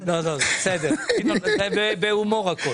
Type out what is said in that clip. הכול נאמר בהומור.